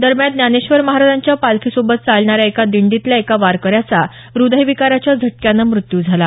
दरम्यान ज्ञानेश्वर महाराजांच्या पालखी सोबत चालणाऱ्या एका दिंडीतल्या एका वारकऱ्याचा हृदय विकाराच्या झटक्यानं मृत्यू झाला